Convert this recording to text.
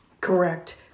Correct